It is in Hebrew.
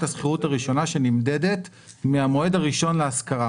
השכירות הראשונה שנמדדת מהמועד הראשון להשכרה.